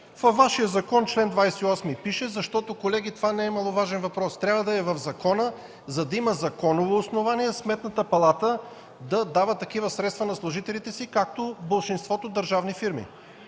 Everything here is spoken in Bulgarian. Във Вашия закон, чл. 28 пише... (Реплики.) Колеги, това не е маловажен въпрос, трябва да е в закона, за да има законово основание Сметната палата да дава такива средства на служителите си, както болшинството държавни фирми.